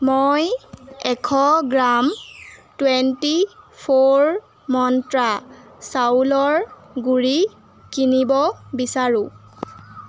মই এশ gram twenty four মন্ত্ৰা চাউলৰ গুড়ি কিনিব বিচাৰোঁ